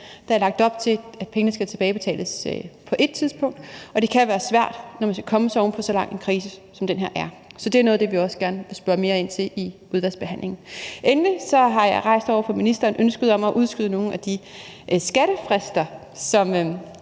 Der er lagt op til, at pengene skal tilbagebetales på ét tidspunkt, og det kan være svært, når man skal komme sig oven på så lang en krise, som den her er. Så det er noget af det, vi også gerne vil spørge mere ind til i udvalgsbehandlingen. Endelig har jeg over for ministeren rejst ønsket om at udskyde nogle af de skattefrister, som